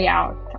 out